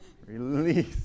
Release